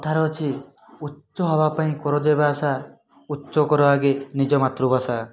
କଥାରେ ଅଛି ଉଚ୍ଚ ହବା ପାଇଁ କର ଯେବେ ଆଶା ଉଚ୍ଚ କର ଆଗେ ନିଜ ମାତୃଭାଷା